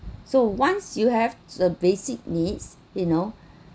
so once you have the basic needs you know